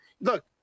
Look